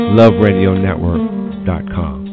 loveradionetwork.com